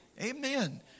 Amen